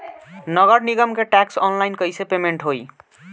नगर निगम के टैक्स ऑनलाइन कईसे पेमेंट होई?